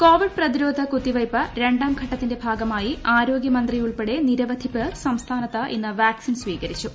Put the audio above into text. Covid പ്രതിരോധ കുത്തിവയ്പ്പ് രണ്ടാം ന് ഘട്ടത്തിന്റെ ഭാഗ്ദമായി ആരോഗ്യ മന്ത്രിയുൾപ്പെട്ട് നിരവധി പേർ സംസ്ഥാനത്ത് ഇന്ന് വാക്സിൻ സ്വീകരിച്ചു